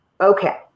Okay